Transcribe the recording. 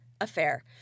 affair